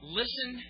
listen